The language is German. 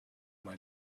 mal